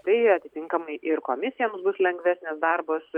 tai atitinkamai ir komisijoms bus lengvesnis darbas